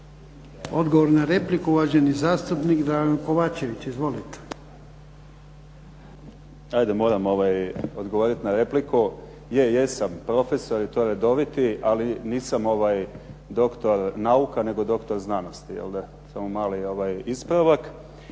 Odgovor na repliku, uvaženi zastupnik Dragan Kovačević. Izvolite. **Kovačević, Dragan (HDZ)** Moram odgovorit na repliku. Je, jesam profesor i to redoviti, ali nisam doktor nauka nego doktor znanosti. Samo mali ispravak.